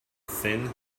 thin